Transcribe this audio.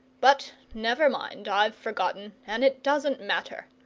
but never mind, i've forgotten, and it doesn't matter.